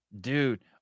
Dude